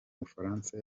bufaransa